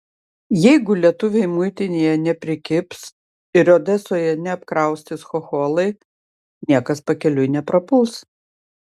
jeigu lietuviai muitinėje neprikibs ir odesoje neapkraustys chocholai niekas pakeliui neprapuls